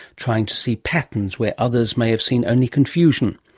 trying to see patterns where others may have seen only confusion.